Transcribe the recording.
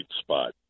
spot